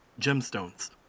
gemstones